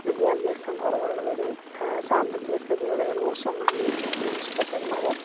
വിദ്യാഭ്യാസംകുറവുള്ളവരും സാമ്പത്തികസ്ഥിതി വളരെ മോശമായി മോശപ്പെട്ടവരുമായ